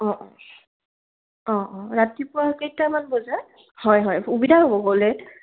অঁ অঁ অঁ অঁ ৰাতিপুৱা কেইটামান বজাত হয় হয় সুবিধা হ'ব গ'লে